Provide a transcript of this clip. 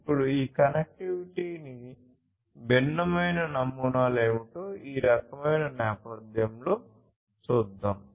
ఇప్పుడు ఈ కనెక్టివిటీకి భిన్నమైన నమూనాలు ఏమిటో ఈ రకమైన నేపథ్యంలో చూద్దాం